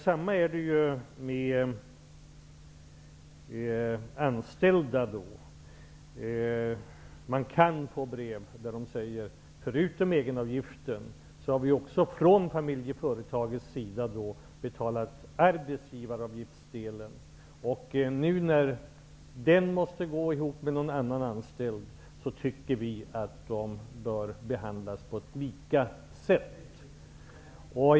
Samma sak gäller för anställda. Jag har fått brev från familjeföretagare där det sägs att man förutom egenavgiften också har betalat arbetsgivaravgiftsdelen. Nu när företagaren måste gå ihop med en annan anställd tycker vi att de bör behandlas på ett likvärdigt sätt.